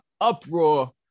uproar